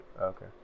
Okay